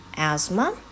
asthma